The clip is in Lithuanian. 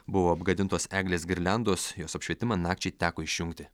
buvo apgadintos eglės girliandos jos apšvietimą nakčiai teko išjungti